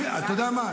תסביר.